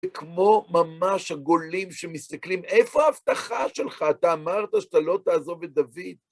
כמו ממש הגולים שמסתכלים, איפה ההבטחה שלך, אתה אמרת שאתה לא תעזוב את דוד.